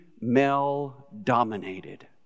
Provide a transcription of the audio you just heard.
male-dominated